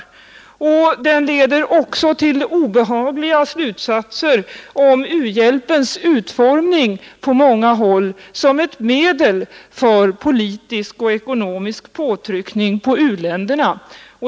Dessvärre tvingas vi också dra obehagliga slutsatser om u-hjälpens utformning på många håll som ett medel för politisk och ekonomisk påtryckning på u-länderna.